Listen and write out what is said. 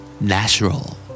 Natural